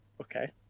Okay